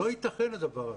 לא ייתכן הדבר הזה.